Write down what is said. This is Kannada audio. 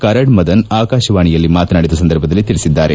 ಕರಣ್ ಮದನ್ ಆಕಾಶವಾಣಿಯಲ್ಲಿ ಮಾತನಾಡಿದ ಸಂದರ್ಭದಲ್ಲಿ ತಿಳಿಸಿದ್ದಾರೆ